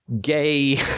gay